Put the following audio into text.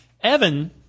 Evan